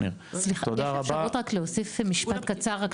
וצריך לתת פה את הבסיס במובן הזה.